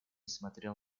смотрел